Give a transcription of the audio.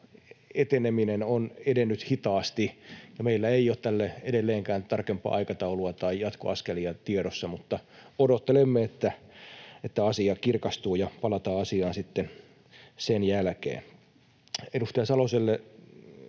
eteneminen on edennyt hitaasti, eikä meillä ole tälle edelleenkään tarkempaa aikataulua tai jatkoaskelia tiedossa, mutta odottelemme, että asia kirkastuu ja palataan asiaan sitten sen jälkeen. Edustaja Saloselle: